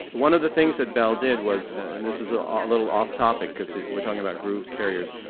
ah one of the things that bell did was, and this is a little off-topic because we're talking about grooves carriers,